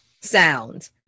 sound